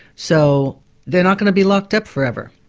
so they're not going to be locked up forever.